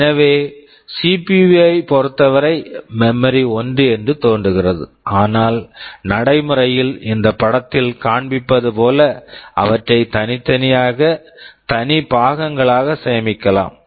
எனவே CPU CPU வைப் பொறுத்தவரை மெமரி memory ஒன்றுதான் என்று தோன்றுகிறது ஆனால் நடைமுறையில் இந்த படத்தில் காண்பிப்பது போல அவற்றை தனித்தனியாக தனி பாகங்களாக சேமிக்கலாம்